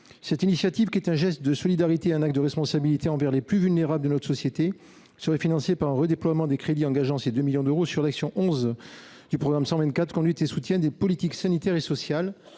Cette initiative, qui est un geste de solidarité et de responsabilité envers les plus vulnérables de notre société, serait financée par un redéploiement des crédits de l’action n° 11 du programme 124 « Conduite et soutien des politiques sanitaires et sociales